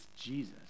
Jesus